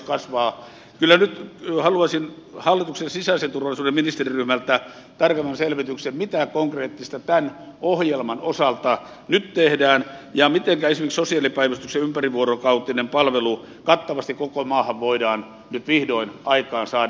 kyllä nyt haluaisin hallituksen sisäisen turvallisuuden ministeriryhmältä tarkemman selvityksen mitä konkreettista tämän ohjelman osalta nyt tehdään ja miten esimerkiksi sosiaalipäivystyksen ympärivuorokautinen palvelu kattavasti koko maahan voidaan nyt vihdoin aikaansaada